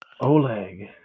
Oleg